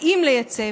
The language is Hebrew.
האם לייצא,